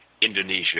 Indonesia